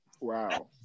Wow